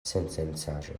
sensencaĵo